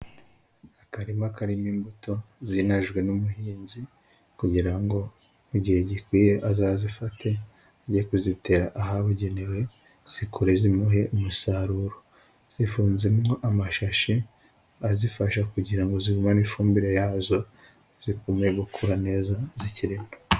Akarima karimo imbuto, zinajwe n'umuhinzi kugira ngo mu gihe gikwiye azazifate ajye kuzitera ahabugenewe zikure zimuhe umusaruro; zifunzemo amashashi azifasha kugira ngo zigumane ifumbire yazo, zigume gukura neza zikirimo.